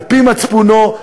על-פי מצפונו,